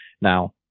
Now